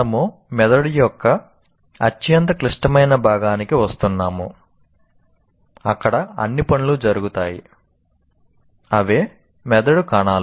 మనము మెదడు యొక్క అత్యంత క్లిష్టమైన భాగానికి వస్తున్నాము అక్కడ అన్ని పనులు జరుగుతాయి మెదడు కణాలు